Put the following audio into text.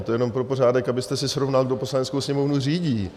To jenom pro pořádek, abyste si srovnal, kdo Poslaneckou sněmovnu řídí.